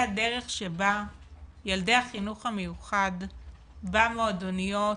הדרך שבה ילדי החינוך המיוחד במועדוניות,